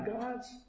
gods